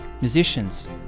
musicians